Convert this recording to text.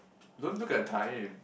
don't look at the time